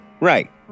Right